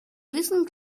wissen